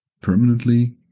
permanently